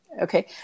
Okay